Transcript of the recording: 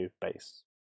base